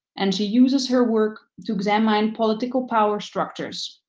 and she uses her work to examine political power structures.